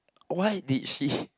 why did she